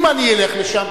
אם אני אלך לשם,